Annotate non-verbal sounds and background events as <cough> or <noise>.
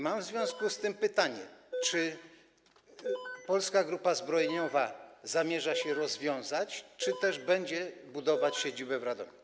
Mam w związku z tym pytanie, <noise> czy Polska Grupa Zbrojeniowa zamierza się rozwiązać, czy też będzie budować siedzibę w Radomiu.